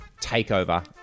Takeover